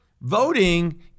voting